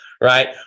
right